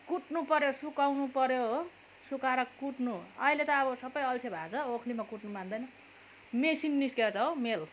कुट्नु पऱ्यो सुकाउनु पऱ्यो सुकाएर कुट्नु अहिले त अब सबै अल्छे भएको छ ओखलीमा कुट्न मान्दैन मेसिन निस्केको छ हो मिल